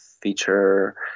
feature